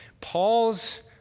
Paul's